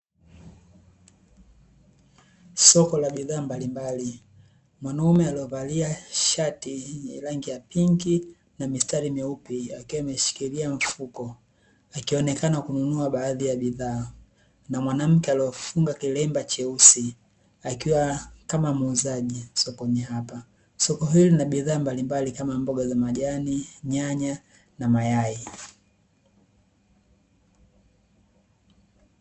Soko la bidhaa mbalimbali mwanaume aliovalia shati la rangi ya pinki na mistari meupe akiwa ameshikilia mfuko akionekana kununua baadhi ya bidhaa, na mwanamke aliwafunga kilemba cheusi akiwa kama muuzaji sokoni hapa. Soko hili lina bidhaa mbalimbali kama mboga za majani, nyanya, na mayai.